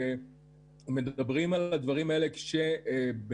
זה לדאוג שהצוותים יוכשרו על-ידי המדינה.